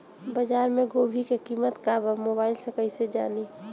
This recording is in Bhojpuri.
बाजार में गोभी के कीमत का बा मोबाइल से कइसे जानी?